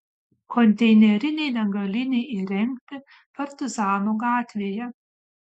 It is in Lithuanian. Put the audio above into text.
konteinerinei degalinei įrengti partizanų gatvėje